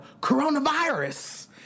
coronavirus